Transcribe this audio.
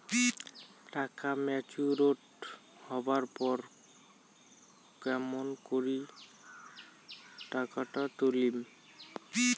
টাকা ম্যাচিওরড হবার পর কেমন করি টাকাটা তুলিম?